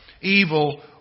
evil